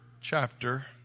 chapter